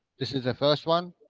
this is the first one.